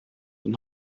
und